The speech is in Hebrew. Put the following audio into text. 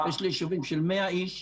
יש לי יישובים של 100 איש,